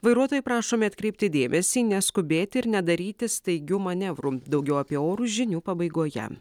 vairuotojai prašomi atkreipti dėmesį neskubėti ir nedaryti staigių manevrų daugiau apie orų žinių pabaigoje